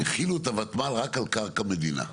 החילו את הותמ"ל רק על קרקע מדינה.